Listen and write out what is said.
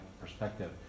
perspective